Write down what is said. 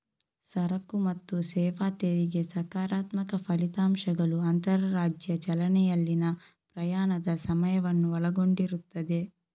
ಸರಕು ಮತ್ತು ಸೇವಾ ತೆರಿಗೆ ಸಕಾರಾತ್ಮಕ ಫಲಿತಾಂಶಗಳು ಅಂತರರಾಜ್ಯ ಚಲನೆಯಲ್ಲಿನ ಪ್ರಯಾಣದ ಸಮಯವನ್ನು ಒಳಗೊಂಡಿರುತ್ತದೆ